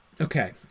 Okay